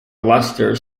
luster